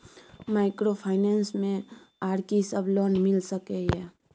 Microfinance मे आर की सब लोन मिल सके ये?